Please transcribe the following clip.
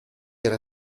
era